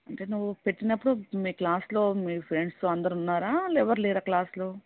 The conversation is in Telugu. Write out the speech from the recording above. అంటే నువ్వు పెట్టినప్పుడు మీ క్లాసులో మీ ఫ్రెండ్స్ అందరూ ఉన్నారా వాళ్ళెవరూ లేరా క్లాస్లో